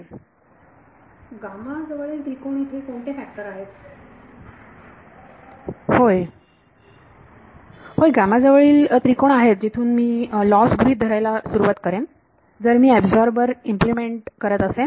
विद्यार्थी जवळील त्रिकोण इथे कोणते फॅक्टर आहेत होय होय जवळील त्रिकोण आहेत जिथून मी लॉस गृहीत धरायला सुरुवात करेन जर मी एबझॉर्बर इम्प्लिमेंट करत असेन